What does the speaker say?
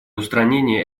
устранения